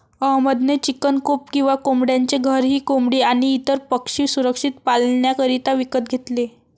अहमद ने chicken coop किंवा कोंबड्यांचे घर ही कोंबडी आणी इतर पक्षी सुरक्षित पाल्ण्याकरिता विकत घेतले